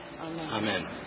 Amen